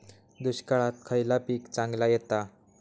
दुष्काळात खयला पीक चांगला येता?